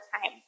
time